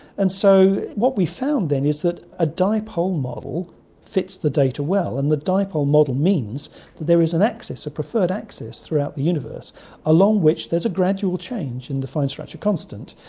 and so what we found then is that a dipole model fits the data well, and the dipole model means that there is and a preferred axis throughout the universe along which there is a gradual change in the fine structure constant.